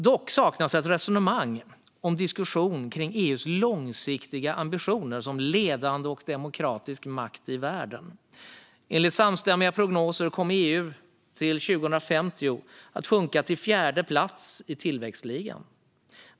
Dock saknas ett resonemang om diskussion kring EU:s långsiktiga ambitioner som ledande och demokratisk makt i världen. Enligt samstämmiga prognoser kommer EU till 2050 att sjunka till fjärde plats i tillväxtligan.